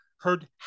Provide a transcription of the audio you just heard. heard